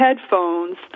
headphones